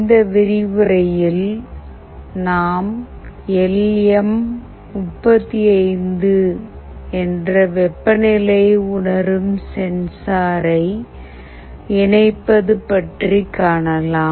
இந்த விரிவுரையில் நாம் எல் எம் 35 என்ற வெப்பநிலையை உணரும் சென்சாரை இணைப்பது பற்றி காணலாம்